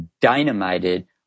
dynamited